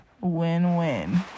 win-win